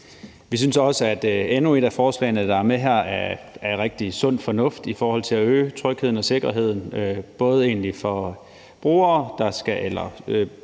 Vi synes også, at endnu et af forslagene, der er med her, er rigtig sund fornuft i forhold til at øge trygheden og sikkerheden for både borgere